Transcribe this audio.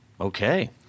Okay